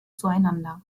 zueinander